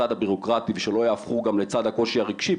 בצד הבירוקרטי ושלא יהפכו גם לצד הקושי הרגשי,